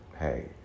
hey